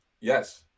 Yes